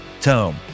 Tome